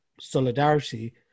solidarity